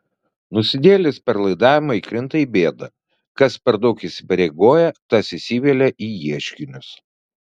nusidėjėlis per laidavimą įkrinta į bėdą kas per daug įsipareigoja tas įsivelia į ieškinius